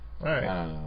Right